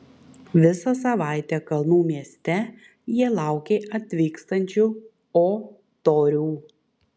visą savaitę kalnų mieste jie laukė atvykstančių o torių